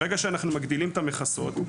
ברגע שאנחנו מגדילים את המכסות,